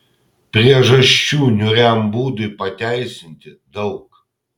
priežasčių niūriam būdui pateisinti daug